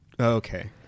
Okay